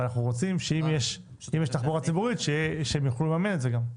אז אנחנו רוצים שאם יש תחבורה ציבורית שהם יוכלו לממן את זה גם.